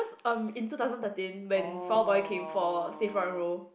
um in two thousand thirteen when Fall-Out-Boy came for save rock and roll